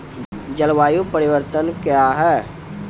जलवायु परिवर्तन कया हैं?